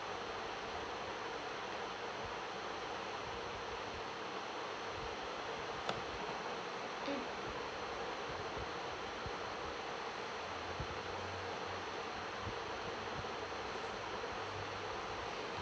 mm